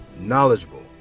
knowledgeable